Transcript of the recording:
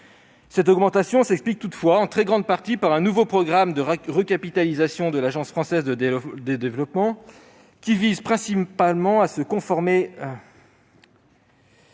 Cette augmentation s'explique toutefois en très grande partie par un nouveau programme de recapitalisation de l'Agence française de développement, qui vise principalement à se conformer